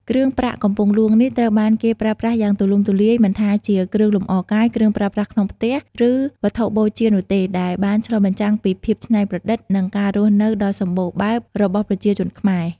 គ្រឿងប្រាក់ពីកំពង់ហ្លួងនេះត្រូវបានគេប្រើប្រាស់យ៉ាងទូលំទូលាយ មិនថាជាគ្រឿងលម្អកាយ គ្រឿងប្រើប្រាស់ក្នុងផ្ទះ ឬវត្ថុបូជានោះទេ ដែលបានឆ្លុះបញ្ចាំងពីភាពច្នៃប្រឌិត និងការរស់នៅដ៏សម្បូរបែបរបស់ប្រជាជនខ្មែរ។